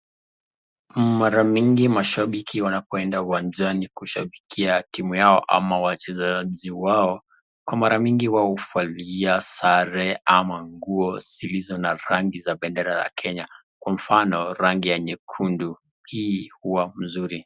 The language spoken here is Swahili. Mara mingi mashambiki wanapoeda uwanjani kushambikia timu yao ama wachezaji wao kwa mara mingi wao uvalia sare ama nguo zilizo na rangi za bendera ya Kenya, kwa mfano rangi ya nyekundu hii huwa mzuri.